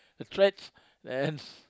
the threads and